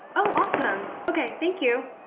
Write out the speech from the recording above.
oh, awesome, okay, thank you.